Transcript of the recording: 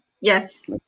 Yes